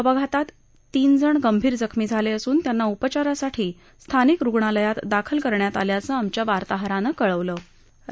अपघातात तीन जण गर्षीर जखमी झाले असून त्याप्ती उपचारासाठी स्थानिक रुग्णालयात दाखल करण्यात आल्याच आमच्या वार्ताहरानक्रिळवलआहे